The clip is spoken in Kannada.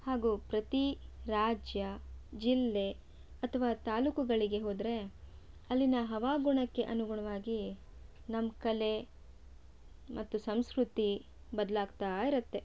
ಹಾಗೂ ಪ್ರತಿ ರಾಜ್ಯ ಜಿಲ್ಲೆ ಅಥವಾ ತಾಲೂಕುಗಳಿಗೆ ಹೋದರೆ ಅಲ್ಲಿನ ಹವಾಗುಣಕ್ಕೆ ಅನುಗುಣವಾಗಿ ನಮ್ಮ ಕಲೆ ಮತ್ತು ಸಂಸ್ಕೃತಿ ಬದಲಾಗ್ತಾ ಇರತ್ತೆ